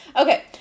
Okay